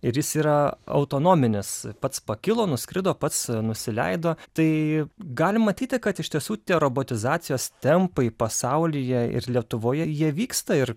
ir jis yra autonominis pats pakilo nuskrido pats nusileido tai galim matyti kad iš tiesų tie robotizacijos tempai pasaulyje ir lietuvoje jie vyksta ir